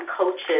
coaches